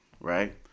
right